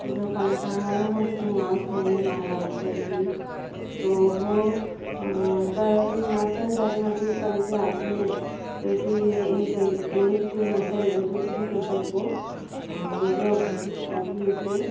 جو فنکارانہ مصنوعات ہیں مہاراشٹر کی تو وہ دراصل نسل در نسل چل کے آتی ہیں تو اس لیے ایک جن ایک جو نسل ہے دوسری نسل کو مطلب اپنے سے